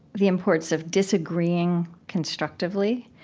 the importance of disagreeing constructively.